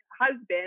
husband